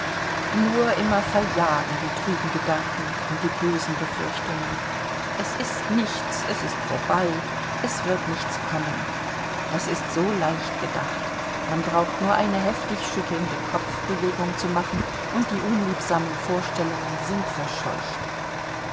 nur immer verjagen die trüben gedanken und die bösen befürchtungen es ist nichts es ist vorbei es wird nichts kommen das ist so leicht gedacht man braucht nur eine heftig schüttelnde kopfbewegung zu machen und die unliebsamen vorstellungen sind verscheucht